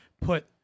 put